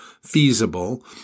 feasible